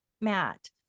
Matt